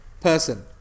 person